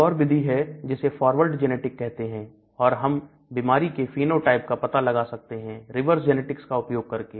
एक और विधि है जिसे फॉरवर्ड जेनेटिक कहते हैं और हम बीमारी के फेनोटाइप का पता लगा सकते हैं रिवर्स जेनेटिक्स का उपयोग करके